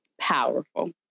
powerful